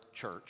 church